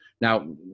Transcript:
Now